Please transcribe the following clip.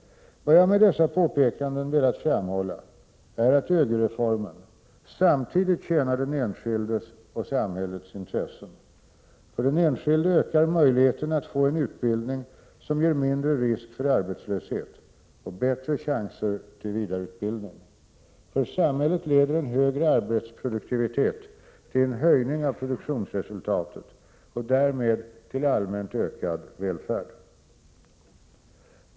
Vad jag med dessa påpekanden velat framhålla är att ÖGY-reformen samtidigt tjänar den enskildes och samhällets intressen. För den enskilde ökar möjligheten att få en utbildning som ger mindre risk för arbetslöshet och bättre chanser till vidareutbildning. För samhället leder en högre arbetsproduktivitet till en höjning av produktionsresultatet och därmed till allmänt ökad välfärd.